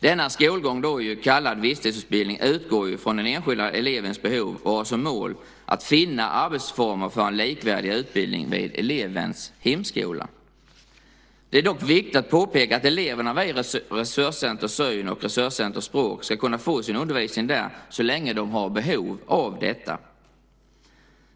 Denna skolgång, kallad visstidsutbildning, utgår från den enskilda elevens behov och har som mål att finna arbetsformer för en likvärdig utbildning vid elevens hemskola. Det är dock viktigt att påpeka att eleverna vid Resurscenter syn och Resurscenter tal och språk ska få sin undervisning där så länge de har behov av detta.